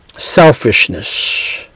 selfishness